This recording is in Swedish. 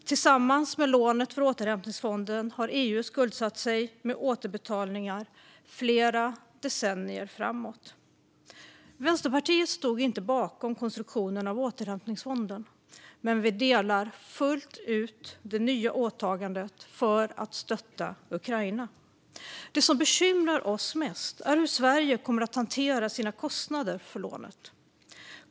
Tillsammans med lånet för återhämtningsfonden har EU skuldsatt sig med återbetalningar flera decennier framåt. Vänsterpartiet stod inte bakom konstruktionen av återhämtningsfonden, men vi delar fullt ut det nya åtagandet för att stötta Ukraina. Det som bekymrar oss mest är hur Sverige kommer att hantera sina kostnader för lånet.